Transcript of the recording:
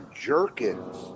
Jerkins